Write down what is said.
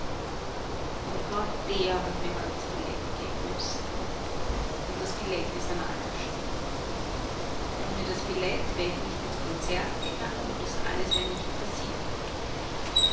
und grad der hat mir heut das billett geben müssen und das billett ist an allem schuld ohne das billett wär ich nicht ins konzert gegangen und alles das wär nicht passiert